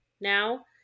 now